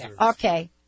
Okay